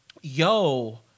yo